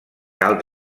cal